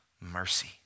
mercy